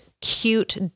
cute